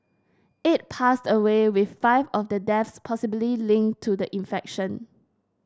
eight passed away with five of the deaths possibly linked to the infection